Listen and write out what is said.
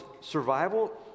survival